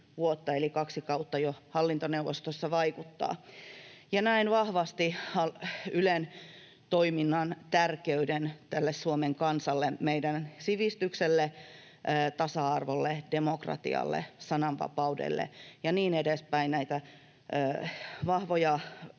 eli kaksi kautta jo hallintoneuvostossa vaikuttaa, ja näen vahvasti Ylen toiminnan tärkeyden tälle Suomen kansalle, meidän sivistykselle, tasa-arvolle, demokratialle, sananvapaudelle ja niin edespäin — näitä vahvoja